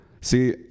See